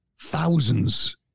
thousands